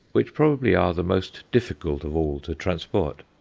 which probably are the most difficult of all to transport.